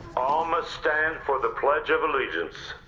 all must stand for the pledge of allegiance.